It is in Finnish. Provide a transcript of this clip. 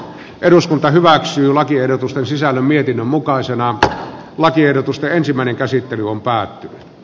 eduskunta hyväksyy lakiehdotusten sisällön mietinnön mukaisena että lakiehdotusta ensimmäinen käsittely on päättynyt